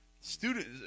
Students